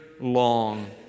long